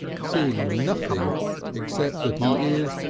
seeing nothing except that he is,